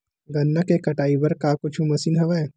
गन्ना के कटाई बर का कुछु मशीन हवय?